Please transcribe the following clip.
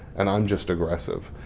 and i'm just aggressive.